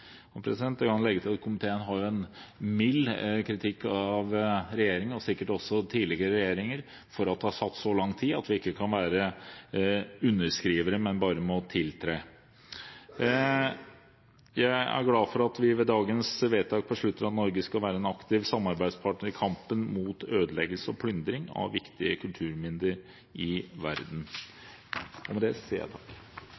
Jeg kan legge til at komiteen har en mild kritikk av regjeringen, og sikkert også av tidligere regjeringer, for at det har tatt så lang tid at vi ikke kan være underskrivere, men bare må tiltre. Jeg er glad for at vi med dagens vedtak beslutter at Norge skal være en aktiv samarbeidspartner i kampen mot ødeleggelse og plyndring av viktige kulturminner i